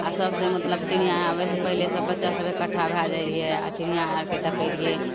आओर सबसँ मतलब चिड़ियाँ आबयसँ पहिले सब बच्चासब इकट्ठा भए जाइ रहियै आओर चिड़ियाँ आबिके देखय रहियै